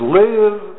live